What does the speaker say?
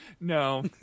No